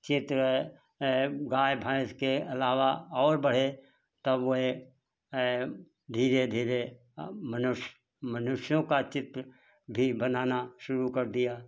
चित्र गाय भैँस के अलावा और बढ़े तब वह धीरे धीरे अब मनुष्य मनुष्यों का चित्र भी बनाना शुरू कर दिया